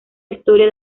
historia